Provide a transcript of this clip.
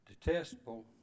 detestable